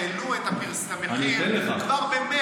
אתה יודע שהעלו את המחיר כבר במרץ,